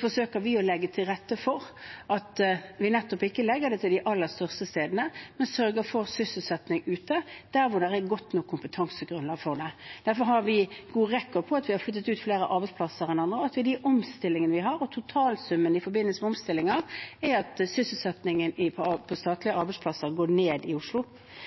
forsøker vi nettopp å legge til rette for ikke å legge det til de aller største stedene, men vi sørger for sysselsetting der det er godt nok kompetansegrunnlag for det. Derfor har vi gode tall på at vi har flyttet ut flere arbeidsplasser enn andre, og at de omstillingene vi har hatt, og totalsummen i forbindelse med omstillingene, viser at sysselsettingen når det gjelder statlige arbeidsplasser i Oslo, går ned. Vårt svar på utviklingen i